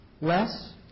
less